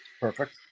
Perfect